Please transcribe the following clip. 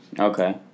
Okay